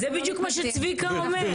זה בדיוק מה שצביקה אומר.